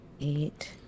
eight